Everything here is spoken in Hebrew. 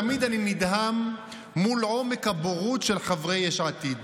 תמיד אני נדהם מול עומק הבורות של חברי יש עתיד.